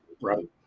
right